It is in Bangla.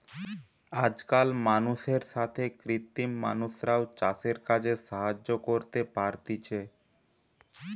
আজকাল মানুষের সাথে কৃত্রিম মানুষরাও চাষের কাজে সাহায্য করতে পারতিছে